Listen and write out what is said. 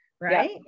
right